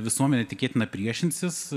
visuomenė tikėtina priešinsis